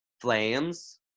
Flames